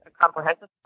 comprehensive